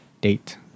date